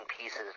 pieces